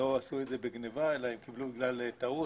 לא עשו את זה בגניבה אלא קיבלו בגלל טעות,